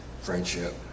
friendship